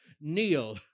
kneel